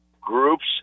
groups